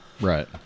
Right